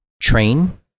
train